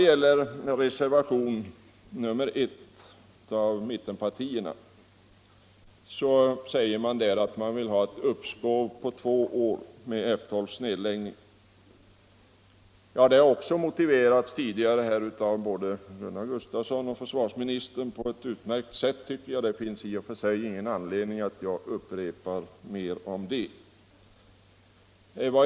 I reservationen 1 begär mittenpartiernas representanter ett uppskov på två år med F 12:s nedläggning. Också i det fallet har både Gunnar Gustafsson och försvarsministern lämnat motivering varför detta är olämpligt, och det finns ingen anledning för mig att upprepa den.